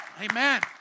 Amen